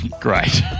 Great